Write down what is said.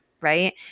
right